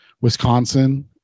Wisconsin